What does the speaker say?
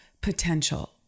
potential